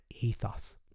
ethos